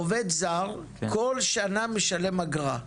עובד זר בכל שנה משלם אגרה,